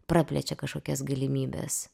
praplečia kažkokias galimybes